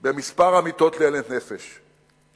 במספר המיטות ל-1,000 נפש.